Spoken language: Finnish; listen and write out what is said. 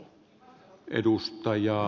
arvoisa puhemies